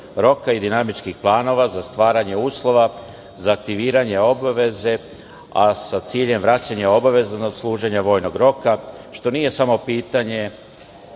i dinamičkih planova za stvaranje uslova za aktiviranje obaveze, a sa ciljem vraćanja obaveznog služenja vojnog roka, što nije samo pitanje,